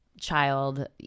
child